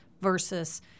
versus